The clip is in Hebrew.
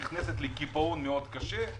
נכנסת לקיפאון מאוד קשה.